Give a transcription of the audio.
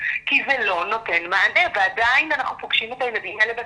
כי זה לא נותן מענה ועדיין אנחנו פוגשים את הילדים האלה בצמתים,